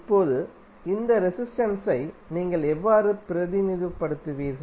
இப்போது இந்த ரெசிஸ்டென்ஸை நீங்கள் எவ்வாறு பிரதிநிதித்துவப்படுத்துவீர்கள்